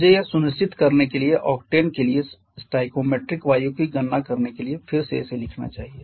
मुझे यह सुनिश्चित करने के लिए और ऑक्टेन के लिए स्टोइकोमेट्रिक वायु की गणना करने के लिए इसे फिर से लिखना चाहिए